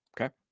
Okay